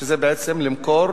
שזה בעצם למכור